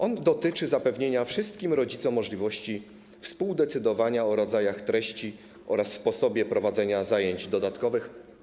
On dotyczy zapewnienia wszystkim rodzicom możliwości współdecydowania o rodzajach, treści oraz sposobie prowadzenia zajęć dodatkowych.